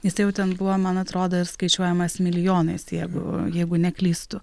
jisai jau ten buvo man atrodo ir skaičiuojamas milijonais jeigu jeigu neklystu